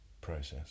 process